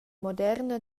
moderna